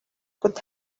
could